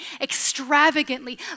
extravagantly